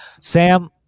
Sam